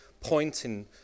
pointing